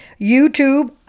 YouTube